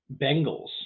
Bengals